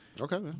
Okay